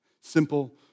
Simple